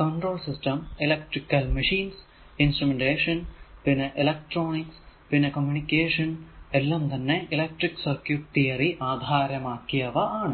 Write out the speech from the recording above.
control system electric machines instrumentation പിന്നെ electronics പിന്നെ communication എല്ലാം തന്നെ ഇലക്ട്രിക്ക് സർക്യൂട് തിയറി ആധാരമാക്കിയവ ആണ്